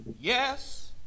Yes